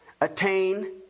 attain